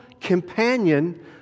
companion